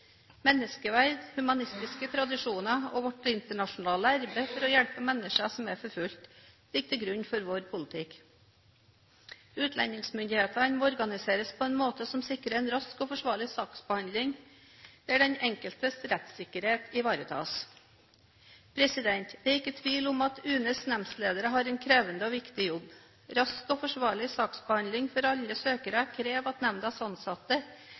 Menneskeverd, humanistiske tradisjoner og vårt internasjonale arbeid for å hjelpe mennesker som er forfulgt, ligger til grunn for vår politikk. Utlendingsmyndighetene må organiseres på en måte som sikrer en rask og forsvarlig saksbehandling, der den enkeltes rettssikkerhet ivaretas. Det er ikke tvil om at UNEs nemndledere har en krevende og viktig jobb. Rask og forsvarlig saksbehandling for alle søkere krever at